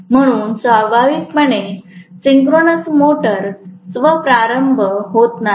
म्हणून स्वाभाविकपणे synchronous motor स्व प्रारंभ होत नाही